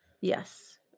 yes